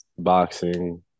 Boxing